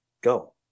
go